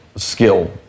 skill